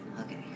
Okay